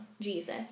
Jesus